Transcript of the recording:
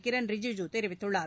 கிரண் ரிஜுஜு தெரிவித்துள்ளார்